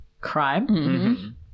crime